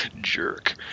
Jerk